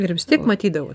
ir vis tiek matydavo